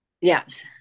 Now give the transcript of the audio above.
yes